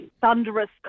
thunderous